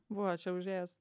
buvo čia užėjęs